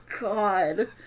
god